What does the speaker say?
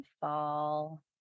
fall